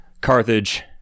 Carthage